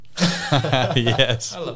Yes